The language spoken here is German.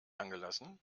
angelassen